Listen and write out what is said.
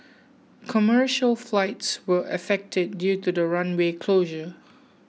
commercial flights were affected due to the runway closure